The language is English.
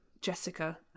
Jessica